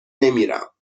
نمیرم